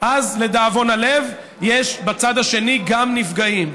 אז לדאבון הלב, יש בצד השני גם נפגעים.